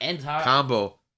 combo